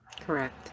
Correct